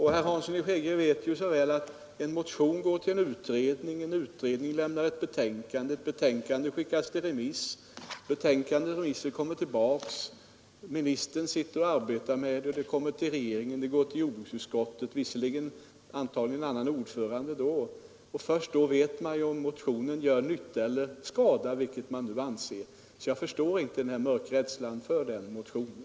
Herr Hansson i Skegrie vet så väl att en motion går till en utredning, en utredning lämnar ett betänkande, ett betänkande skickas till remiss, betänkande och remissen kommer tillbaka, ministern sitter och arbetar med ärendet, det kommer till regeringen, det går till jordbruksutskottet — visserligen är det då antagligen en annan ordförande. Först då vet man om motionen gör nytta eller skada från de utgångspunkter man har. Jag förstår alltså inte den här mörkrädslan för den motionen.